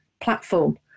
platform